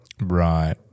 Right